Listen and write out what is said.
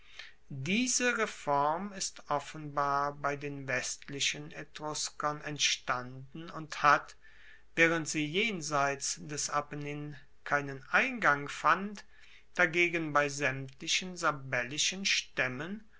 diese reform ist offenbar bei den westlichen etruskern entstanden und hat waehrend sie jenseits des apennin keinen eingang fand dagegen bei saemtlichen sabellischen staemmen